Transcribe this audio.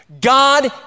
God